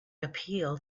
appeal